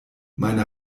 meine